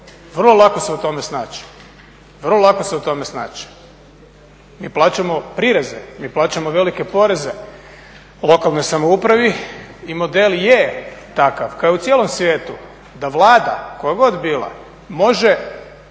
vrlo lako se u tome snaći. Mi plaćamo prireze, mi plaćamo velike poreze lokalnoj samoupravi i model je takav kao i u cijelom svijetu da Vlada koja god bila može